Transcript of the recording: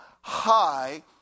high